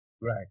Right